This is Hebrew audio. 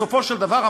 בסופו של דבר,